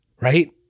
right